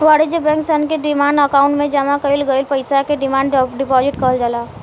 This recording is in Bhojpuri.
वाणिज्य बैंक सन के डिमांड अकाउंट में जामा कईल गईल पईसा के डिमांड डिपॉजिट कहल जाला